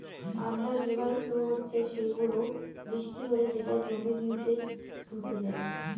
under river flow হচ্ছে সেই গুলো, বৃষ্টি হলে যেটা জমির নিচে ঢুকে যায়